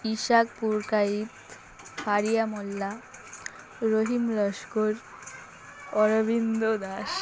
Ishaq Purkait Ariya Molla Rahim Laskar Arabinda Das